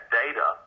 data